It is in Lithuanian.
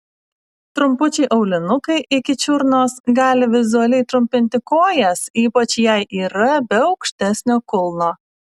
trumpučiai aulinukai iki čiurnos gali vizualiai trumpinti kojas ypač jei yra be aukštesnio kulno